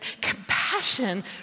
compassion